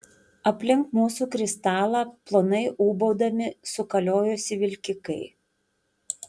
aplink mūsų kristalą plonai ūbaudami sukaliojosi vilkikai